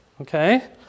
Okay